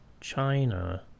China